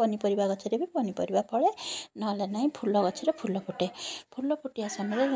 ପନିପରିବା ଗଛରେ ବି ପନିପରିବା ଫଳେ ନହେଲେ ନାଇଁ ଫୁଲ ଗଛରେ ଫୁଲ ଫୁଟେ ଫୁଲ ଫୁଟିବା ସମୟରେ